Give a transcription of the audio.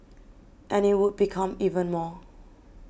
and it would become even more